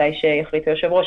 כשיחליט היושב-ראש,